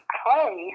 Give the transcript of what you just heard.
play